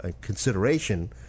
consideration